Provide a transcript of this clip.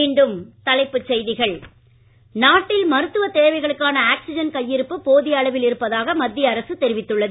மீண்டும் தலைப்புசெய்திகள் நாட்டில் மருத்துவ தேவைகளுக்கான ஆக்சிஜன் கையிருப்பு போதிய அளவில் இருப்பதாக மத்திய அரசு தெரிவித்துள்ளது